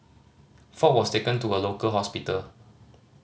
Ford was taken to a local hospital